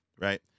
right